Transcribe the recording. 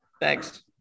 Thanks